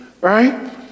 right